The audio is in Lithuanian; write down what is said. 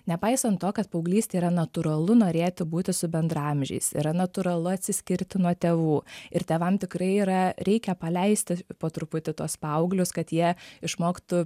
nepaisant to kad paauglystėj yra natūralu norėti būti su bendraamžiais yra natūralu atsiskirti nuo tėvų ir tėvam tikrai yra reikia paleisti po truputį tuos paauglius kad jie išmoktų